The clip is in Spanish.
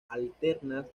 alternas